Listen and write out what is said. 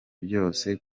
byose